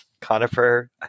Conifer